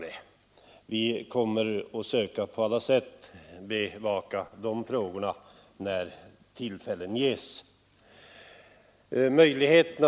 Men vi kommer på alla sätt att försöka bevaka de frågorna när tillfällen därtill ges.